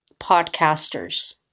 podcasters